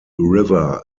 river